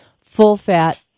full-fat